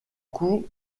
coup